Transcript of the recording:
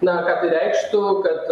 na tai reikštų kad